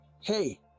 hey